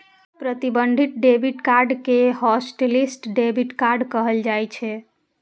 प्रतिबंधित debit card कें hotlist debit card कहल जाइ छै